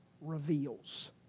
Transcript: Reveals